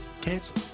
cancel